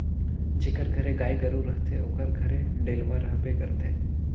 जेकर घरे गाय गरू रहथे ओकर घरे डेलवा रहबे करथे